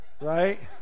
right